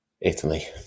Italy